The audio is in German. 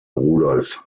rudolf